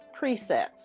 presets